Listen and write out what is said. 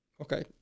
okay